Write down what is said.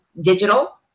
digital